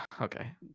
Okay